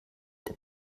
der